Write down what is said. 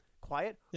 quiet